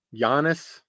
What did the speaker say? Giannis